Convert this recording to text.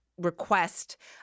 request